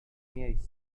miejscu